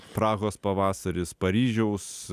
prahos pavasaris paryžiaus